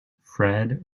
fred